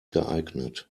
geeignet